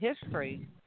history